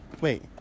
Wait